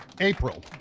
April